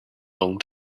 long